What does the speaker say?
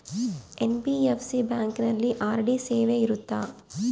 NBFC ಬ್ಯಾಂಕಿನಲ್ಲಿ RD ಸೇವೆ ಇರುತ್ತಾ?